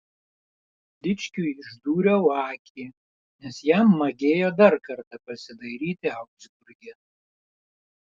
dičkiui išdūriau akį nes jam magėjo dar kartą pasidairyti augsburge